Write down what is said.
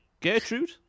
Gertrude